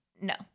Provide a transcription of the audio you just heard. No